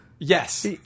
yes